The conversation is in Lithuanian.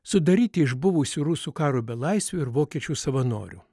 sudaryti iš buvusių rusų karo belaisvių ir vokiečių savanorių